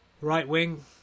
right-wing